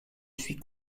suis